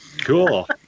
Cool